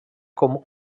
com